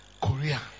Korea